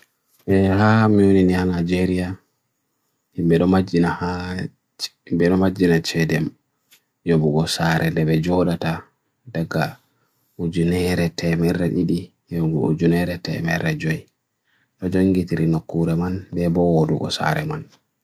e ham yunin yana jere ya imbe roma jina ha imbe roma jina chedem yobu gosare lebe jola ta daga ujinehre temerre idi yobu ujinehre temerre joy raja yungi teri nukkura man lebo uru gosare man